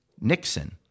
Nixon